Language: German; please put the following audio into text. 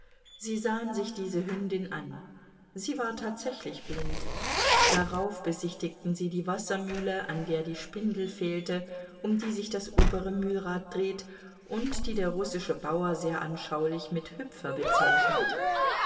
sie sahen sich diese hündin an sie war tatsächlich blind darauf besichtigten sie die wassermühle an der die spindel fehlte um die sich das obere mühlrad dreht und die der russische bauer sehr anschaulich mit hüpfer bezeichnet